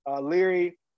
Leary